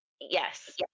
Yes